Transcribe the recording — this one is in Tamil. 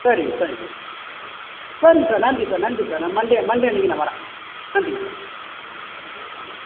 சரிங்க சரிங்க சரிங்க சார் நன்றி சார் நன்றி சார் நான் மண்டே மண்டே அன்னக்கு நான் வரேன் நன்றிங்க சார் ஆ